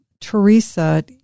Teresa